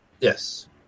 Yes